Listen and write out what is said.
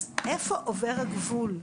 אז איפה עובר הגבול?